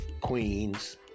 queens